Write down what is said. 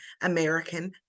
American